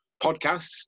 podcasts